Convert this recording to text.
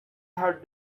have